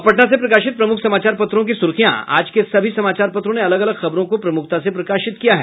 अब पटना से प्रकाशित प्रमुख समाचार पत्रों की सुर्खियां आज के सभी समाचार पत्रों ने अलग अलग खबरों को प्रमुखता से प्रकाशित किया है